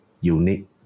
unique